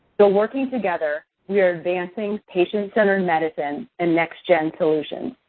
so, working together, we are advancing patient-centered medicine and next gen solutions.